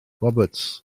roberts